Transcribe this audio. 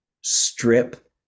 strip